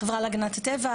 החברה להגנת הטבע,